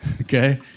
Okay